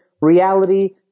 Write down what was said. reality